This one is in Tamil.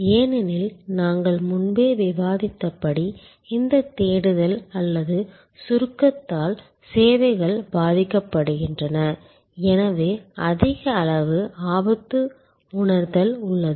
ஏனெனில் நாங்கள் முன்பே விவாதித்தபடி இந்த தேடுதல் அல்லது சுருக்கத்தால் சேவைகள் பாதிக்கப்படுகின்றன எனவே அதிக அளவு ஆபத்து உணர்தல் உள்ளது